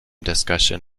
discussion